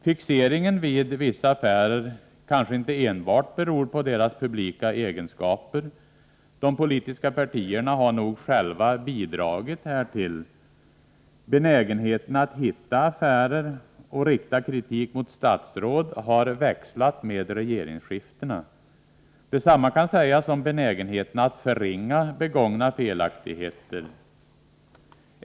Fixeringen vid vissa affärer kanske inte enbart beror på deras publika egenskaper. De politiska partierna har nog själva bidragit härtill. Benägenheten att hitta affärer och rikta kritik mot statsråd har växlat i och med att regeringsmakten har skiftat. Detsamma kan sägas om benägenheten att förringa begångna felaktigheter.